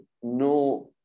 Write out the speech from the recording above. no